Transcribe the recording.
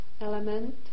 element